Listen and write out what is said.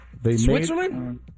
Switzerland